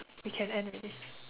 we can end already